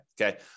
Okay